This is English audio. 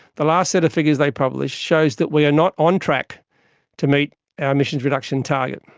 the last set of figures they published shows that we are not on track to meet our emissions reduction target.